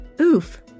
oof